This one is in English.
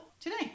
today